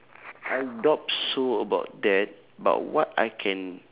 I doubt so about that but what I can